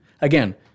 Again